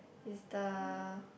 is the